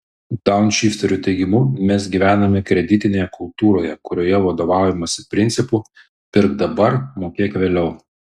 daunšifterių teigimu mes gyvename kreditinėje kultūroje kurioje vadovaujamasi principu pirk dabar mokėk vėliau